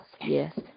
Yes